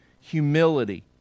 humility